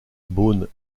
beaune